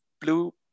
blue